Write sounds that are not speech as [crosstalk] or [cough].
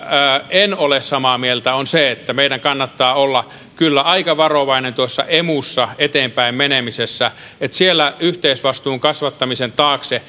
en ole samaa mieltä on se että meidän kannattaa olla kyllä aika varovainen tuossa emussa eteenpäin menemisessä että siellä yhteisvastuun kasvattamisen taakse [unintelligible]